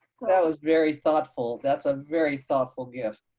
was very thoughtful, that's a very thoughtful gift.